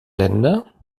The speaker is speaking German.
länder